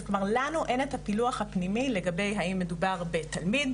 אז כבר לנו אין את הפילוח הפנימי לגבי האם מדובר בתלמיד,